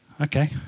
Okay